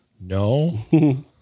No